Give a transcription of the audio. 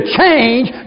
change